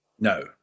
No